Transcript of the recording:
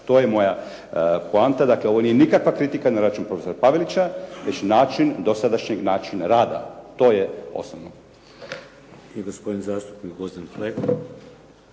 To je moja poanta. Dakle, ovo nije nikakva kritika na račun profesora Pavelića već način dosadašnjeg rada. To je osnovno. **Šeks, Vladimir (HDZ)** I gospodin zastupnik Gvozden Flego.